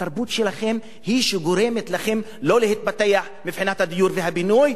התרבות שלכם היא שגורמת לכם לא להתפתח מבחינת הדיור והבינוי,